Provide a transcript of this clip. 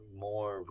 more